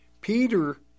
Peter